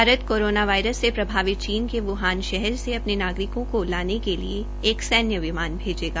Bharat corona virus के प्रभावित चीन के बुहान शहर से नागरिकों को जाने के लिए एक सैन्य विमान भेजेगा